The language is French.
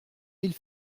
mille